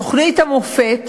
תוכנית המופת